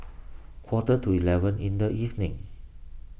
quarter to eleven in the evening